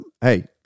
hey